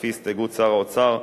לפי הסתייגות שר האוצר,